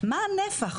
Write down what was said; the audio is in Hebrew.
מה הנפח?